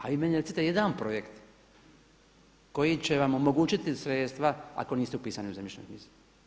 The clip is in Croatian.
A vi meni recite jedan projekt koji će vam omogućiti sredstva ako niste upisani u zemljišnoj knjizi.